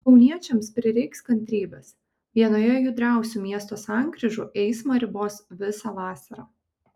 kauniečiams prireiks kantrybės vienoje judriausių miesto sankryžų eismą ribos visą vasarą